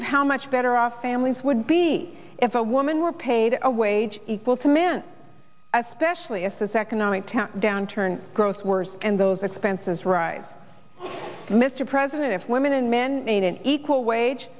of how much better off families would be if a woman were paid a wage equal to men especially if this economic temp downturn grossed worse and those expenses rise mr president if women and men made an equal wage